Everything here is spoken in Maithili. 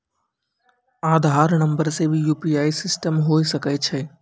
आधार नंबर से भी यु.पी.आई सिस्टम होय सकैय छै?